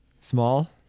Small